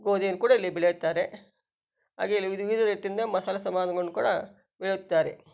ಗೋಧಿಯನ್ನು ಕೂಡ ಇಲ್ಲಿ ಬೆಳೆಯುತ್ತಾರೆ ಹಾಗೇ ಇಲ್ಲಿ ವಿಧ ವಿಧ ರೀತಿಯಿಂದ ಮಸಾಲೆ ಸಾಮಾನುಗಳನ್ನು ಕೂಡ ಬೆಳೆಯುತ್ತಾರೆ